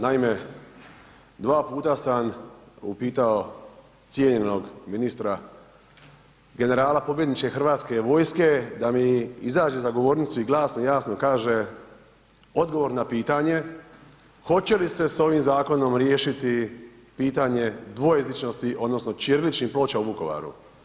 Naime, 2 puta sam upitao cijenjenog ministra, generala pobjedničke Hrvatske vojske da mi izađe za govornicu i glasno i jasno kaže odgovor na pitanje hoće li se s ovim zakonom riješiti pitanje dvojezičnosti odnosno ćiriličnih ploča u Vukovaru.